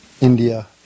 India